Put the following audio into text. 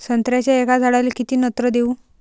संत्र्याच्या एका झाडाले किती नत्र देऊ?